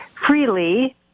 freely